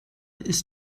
ist